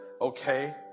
okay